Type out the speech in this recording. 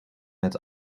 met